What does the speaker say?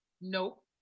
Nope